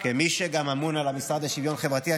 אבל אתה נמצא בממשלה הזאת.